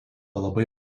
labai